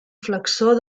flexor